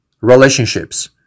relationships